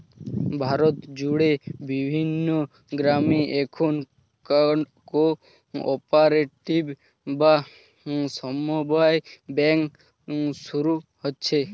ভারত জুড়ে বিভিন্ন গ্রামে এখন কো অপারেটিভ বা সমব্যায় ব্যাঙ্ক শুরু হচ্ছে